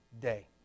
day